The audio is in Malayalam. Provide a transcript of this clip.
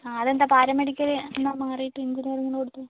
അതെന്താ പാരാമെഡിക്കല് നിന്നും മാറിയിട്ട് എഞ്ചിനിയറിംഗിന് കൊടുത്തത്